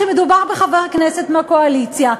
כשמדובר בחבר כנסת מהקואליציה,